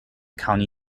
county